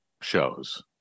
shows